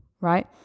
right